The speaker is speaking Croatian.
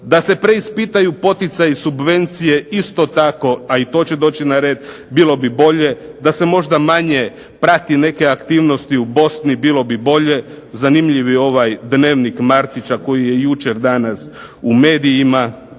da se preispitaju poticaji subvencije isto tako a i to će doći na red bilo bi bolje, da se možda manje prati neke aktivnosti u Bosni bilo bi bolje, zanimljiv je ovaj dnevnik Marića koji je jučer danas u medijima